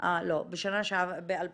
אה, לא, ב-2018